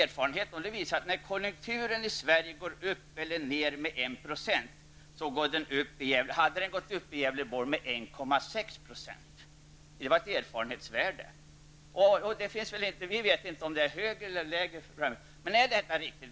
Erfarenheterna visade att när konjunkturen i Sverige går upp eller ner 1 %, så hade det varit 1,6 % i Gävleborgs län. Det var ett erfarenhetsvärde. Vi vet inte om det är högre eller lägre nu, men